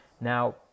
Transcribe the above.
Now